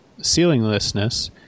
ceilinglessness